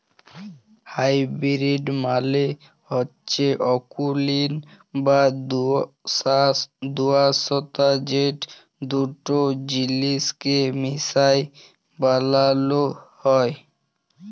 hybrid মালে হচ্যে অকুলীন বা দুআঁশলা যেট দুট জিলিসকে মিশাই বালালো হ্যয়